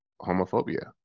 homophobia